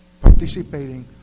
participating